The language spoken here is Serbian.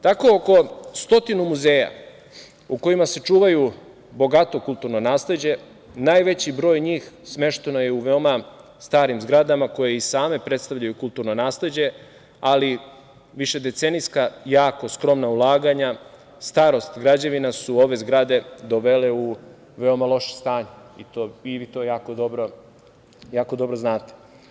Tako oko stotine muzeja u kojima se čuva bogato kulturno nasleđe, najveći broj njih smešten je u veoma starim zgradama koje i same predstavljaju kulturno nasleđe, ali višedecenijska jako skromna ulaganja, starost građevina su ove zgrade dovele u veoma loše stanje i vi to jako dobro znate.